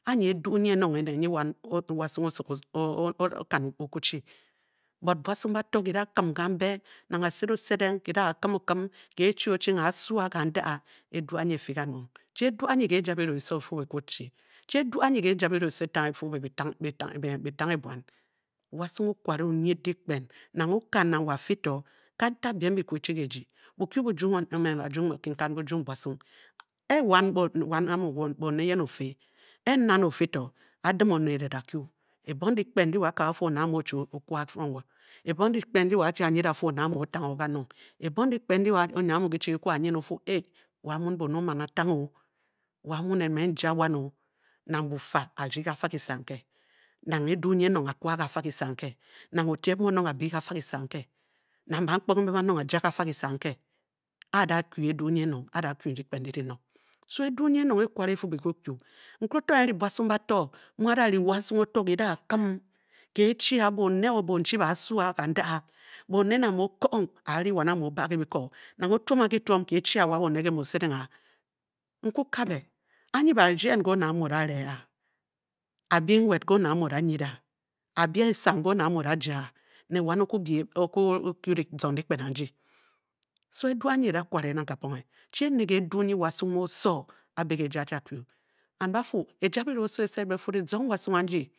Anyi edu nyi enong ene nyi wan, wasung o- suppose o- kan o- kwu chü boo buasung ba to ki da a kim gambe nang a-sed o-sedeng, ki da a kim okim, ke-e chi a o- ching, a- a su a, kanda edu anyi e- fü kanong, chi edu anyi ke e ja bira e-fu be bi kwu chi, chi edu anyi ke e ja bira oso, e- tanghe e- fu be byi tanghe buan, wasung o-kware o- nyia dijikpen nang o-ka, nang, wo a-fü to, kantig biem bi kwu chi ke eji, bukyu bu- jyung bu- jyung ba kinkan bu jyung buasung, e wan amu bone eyen o- fü, e- n nan o- fë to a dim oned ne da kyu, e bong dyikpen ndi wo a-kabe a f-fu one amu o-chi o-kwa from wo? ebong dyi- kpen ndi wo achi anyide a- fu oned amu o-tanghe o kanong ebong dyikpen ndi oned amu ki cki ki kwu a nyin o- fu a a e wan mum bone, o-man a tanghe o, wan mu nen mme n-jia wan o, nang bufa a- rdi ka fa kise anke nang edu nyi enong a-kwa ke k afa kise anke, nang otieb, a-bi ke kafa kise anke, a bangkponghe mbe banong a- jia ke kafa kise anke, a- a dafkyu dyikpen ndi di nong so, edu nyi enong ekeware efu be bi kwu kyu, nkere oto e- e n-ri buasung bato, mu a- da ri wasung oto, ki da- a kim ke h chi a bone, o bonchi ba a su a kanda- a. Bone nang mu okong, a- ri wan a mu, o-ba ke bi ko Nang o- tuom kitauom ki chi a wa bone nke mu o- sedeng a, n kyu kàbè, anyi ba rdien nke one a mu o-da re a?, abi nwed nke oned mu o-da nyide a, abi esang nke one amu o- da ja a ne wan o- kwu ábo kyu kizong dyikpan andi so edu anyi e-da kware nang kábonghe chi ene nyi wasung mu oso a- be ke ejii a-chi a-kyu and ba fu, eja bira oso e-sed be e-fu dizong wasu andi.